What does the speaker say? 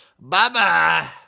Bye-bye